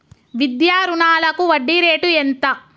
విద్యా రుణాలకు వడ్డీ రేటు ఎంత?